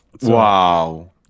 Wow